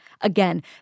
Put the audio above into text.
Again